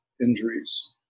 injuries